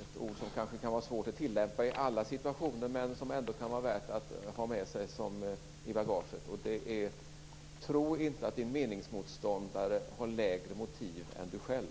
ett ord som det kanske är svårt att tillämpa i alla situationer men det kan ändå vara värt att ha det med i bagaget: Tro inte att din meningsmotståndare har lägre motiv än du själv!